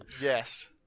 yes